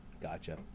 Gotcha